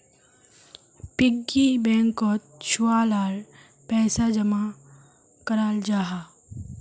piggy बैंकोत छुआ लार पैसा जमा कराल जाहा